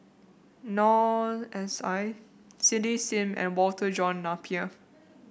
Noor S I Cindy Sim and Walter John Napier